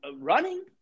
running